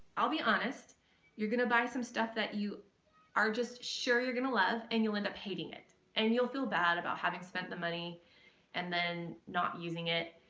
i'll be honest you're gonna buy some stuff that you are just sure you're gonna love and you'll end up hating it and you'll feel bad about having spent the money and then not using it.